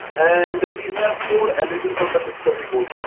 and we have four leds on the discovery board.